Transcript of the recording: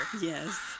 Yes